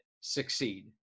succeed